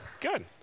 good